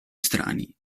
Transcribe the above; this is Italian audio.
strani